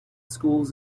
schools